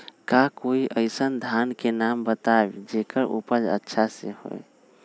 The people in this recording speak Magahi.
का कोई अइसन धान के नाम बताएब जेकर उपज अच्छा से होय?